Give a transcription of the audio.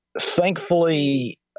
thankfully